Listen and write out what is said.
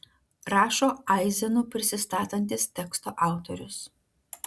rašo aizenu prisistatantis teksto autorius